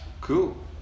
Cool